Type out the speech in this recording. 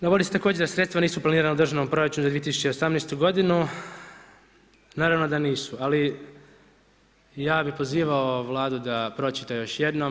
Govori se također da sredstva nisu planirana u državnom proračunu za 2018. godinu, naravno da nisu, ali ja bih pozivao Vladu da pročita još jednom.